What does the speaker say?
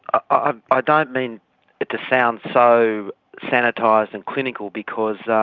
ah ah don't mean to sound so sanitised and clinical, because